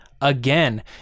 again